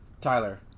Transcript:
tyler